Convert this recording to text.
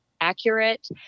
accurate